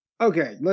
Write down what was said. okay